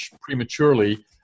prematurely